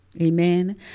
Amen